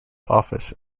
office